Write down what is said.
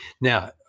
Now